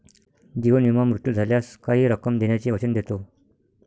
जीवन विमा मृत्यू झाल्यास काही रक्कम देण्याचे वचन देतो